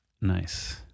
Nice